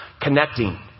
Connecting